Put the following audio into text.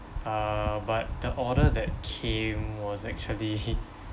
uh but the order that came was actually